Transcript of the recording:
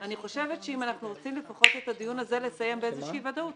אני חושבת שאם אנחנו רוצים את הדיון הזה לסיים באיזושהי ודאות,